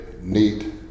neat